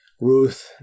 Ruth